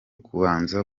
kubanza